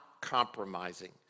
compromising